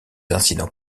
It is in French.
incidents